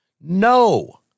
No